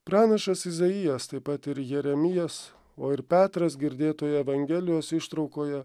pranašas izaijas taip pat ir jeremijas o ir petras girdėtoje evangelijos ištraukoje